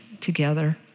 together